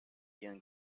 ihren